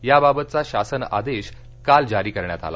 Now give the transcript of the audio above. याबाबतचा शासन आदेश काल जारी करण्यात आला